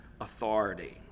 authority